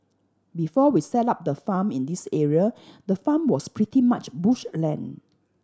before we set up the farm in this area the farm was pretty much bush land